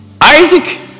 Isaac